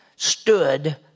stood